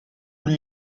nous